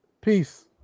Peace